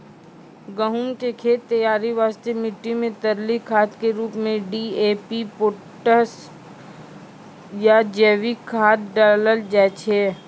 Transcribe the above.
गहूम के खेत तैयारी वास्ते मिट्टी मे तरली खाद के रूप मे डी.ए.पी पोटास या जैविक खाद डालल जाय छै